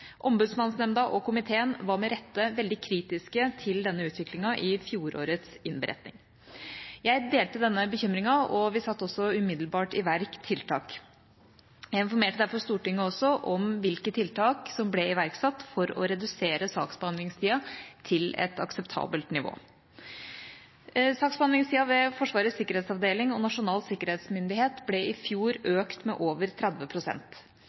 Ombudsmannsnemnda og komiteen var med rette veldig kritiske til denne utviklingen i fjorårets innberetning. Jeg delte denne bekymringen, og vi satte også umiddelbart i verk tiltak. Jeg informerte derfor Stortinget om hvilke tiltak som ble iverksatt for å redusere saksbehandlingstida til et akseptabelt nivå. Saksbehandlingstida ved Forsvarets sikkerhetsavdeling og Nasjonal sikkerhetsmyndighet ble i fjor økt med over